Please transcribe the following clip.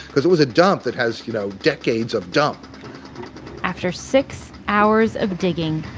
cause it was a dump that has, you know, decades of dump after six hours of digging,